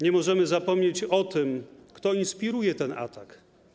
Nie możemy zapomnieć o tym, kto inspiruje ten atak.